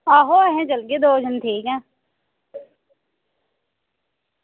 आहो हून चलगे दौ जनें ठीक ऐ